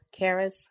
Karis